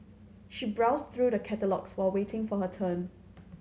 she browsed through the catalogues while waiting for her turn